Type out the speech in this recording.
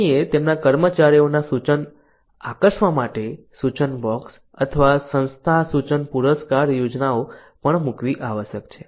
કંપનીએ તેમના કર્મચારીઓના સૂચનો આકર્ષવા માટે સૂચન બોક્સ અને સંસ્થા સૂચન પુરસ્કાર યોજનાઓ પણ મૂકવી આવશ્યક છે